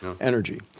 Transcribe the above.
energy